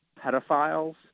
pedophiles